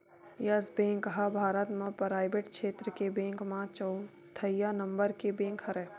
yes Bank ह भारत म पराइवेट छेत्र के बेंक म चउथइया नंबर के बेंक हरय